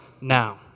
now